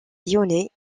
lyonnais